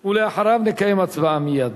ואחריו נקיים הצבעה מייד.